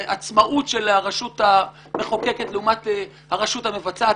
ועצמאות של הרשות המחוקקת לעומת הרשות המבצעת.